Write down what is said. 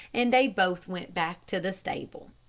and they both went back to the stable.